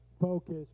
focus